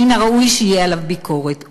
מן הראוי שתהיה עליו ביקורת,